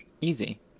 Easy